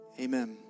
Amen